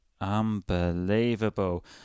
Unbelievable